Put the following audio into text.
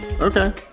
Okay